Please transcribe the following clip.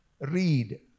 read